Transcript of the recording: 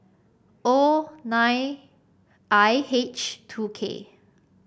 O nine I H two K